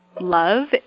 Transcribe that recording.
love